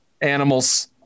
Animals